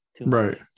right